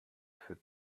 für